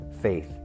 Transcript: faith